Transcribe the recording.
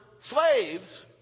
slaves